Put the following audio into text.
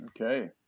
Okay